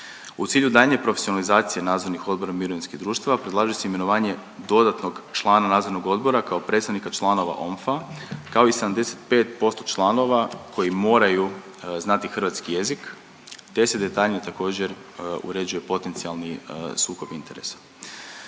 U cilju daljnje profesionalizacije nadzornih odbora mirovinskih društava predlaže se i mirovanje dodatnog člana nadzornog odbora kao predstavnika članova OMF-a, kao i 75% članova koji moraju znati hrvatski jezik, te se detaljnije također uređuje potencijalni sukob interesa.